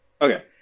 Okay